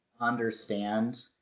understand